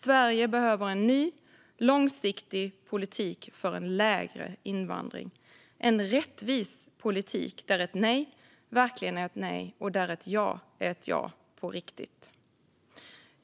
Sverige behöver en ny, långsiktig politik för en lägre invandring, en rättvis politik där ett nej verkligen är ett nej och där ett ja är ett ja på riktigt. Herr talman!